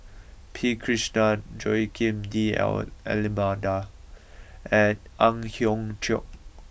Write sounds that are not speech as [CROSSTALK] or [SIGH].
P Krishnan Joaquim D' [HESITATION] Almeida and Ang Hiong Chiok